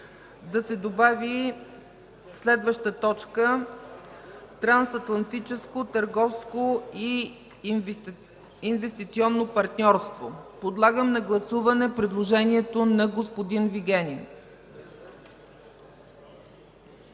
да се добави следваща точка – „Трансатлантическо търговско и инвестиционно партньорство”. Подлагам на гласуване предложението на господин Вигенин.